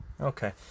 Okay